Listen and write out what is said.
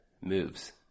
moves